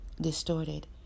distorted